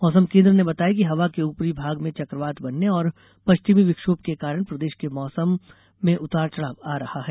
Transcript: मौसम कोन्द्र ने बताया कि हवा के ऊपरी भाग में चक्रवात बनने और पश्चिमी विक्षोम के कारण प्रदेश के मौसम उतार चढ़ाव आ रहा है